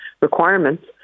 Requirements